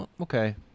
okay